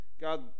God